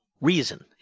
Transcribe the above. Reason